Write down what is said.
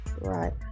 Right